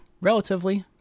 relatively